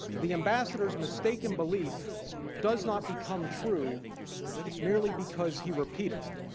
the ambassador's mistaken belief does not become true merely because he repeated it.